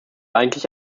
eigentlich